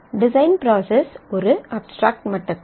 design process ஒரு abstract மட்டத்தில்